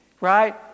right